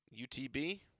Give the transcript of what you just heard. UTB